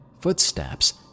footsteps